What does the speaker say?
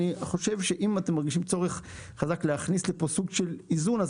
אני חושב שאם אתם מרגישים צורך חזק להכניס לפה סוג של איזון,